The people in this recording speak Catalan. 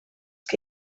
que